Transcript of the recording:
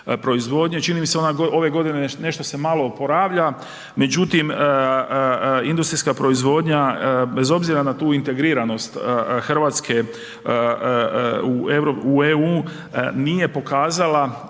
Čini mi se ove se godine nešto malo oporavlja međutim industrijska proizvodnja bez obzira na tu integriranost Hrvatske u EU nije pokazala,